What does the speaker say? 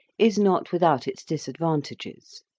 is not without its disadvantages.